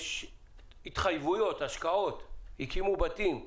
יש התחייבויות, השקעות, הקימו בתים,